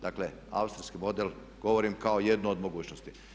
Dakle, austrijski model, govorim kao jednu od mogućnosti.